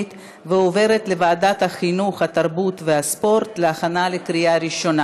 לוועדת החינוך התרבות והספורט נתקבלה.